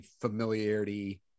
familiarity